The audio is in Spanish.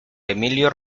emilio